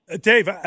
Dave